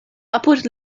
apud